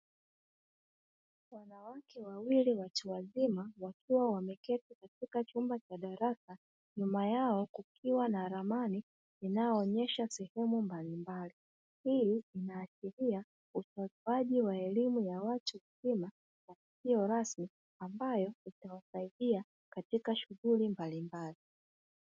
Wanawake wawili watu wazima wakiwa wameketi katika chumba cha darasa, nyuma yao kukiwa na ramani inayoonyesha sehemu mbalimbali. Hii inaashiria utoaji wa elimu ya watu wazima ambayo inawasaidia katika shughuli mbalimbali.